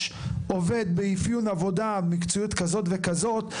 עובד באפיון עבודה ובמקצועיות כזאת וכזאת,